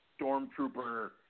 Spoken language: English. stormtrooper